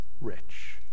rich